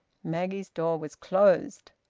maggie's door was closed.